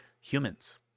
humans